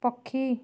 ପକ୍ଷୀ